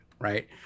right